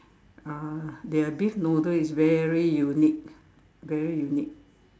uh their beef noodle is very unique very unique